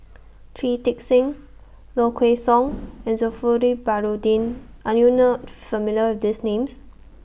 Shui Tit Sing Low Kway Song and Baharudin Are YOU not familiar with These Names